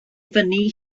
fyny